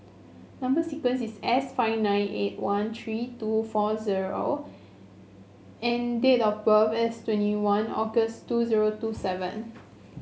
number sequence is S five nine eight one three two four zero and date of birth is twenty one August two zero two seven